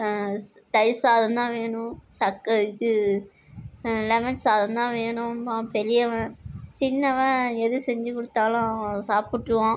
ஸ் தயிர் சாதம் தான் வேணும் சர்க்கரை இது லெமன் சாதம் தான் வேணும்பான் பெரியவன் சின்னவன் எது செஞ்சு கொடுத்தாலும் அவன் சாப்புட்டுருவான்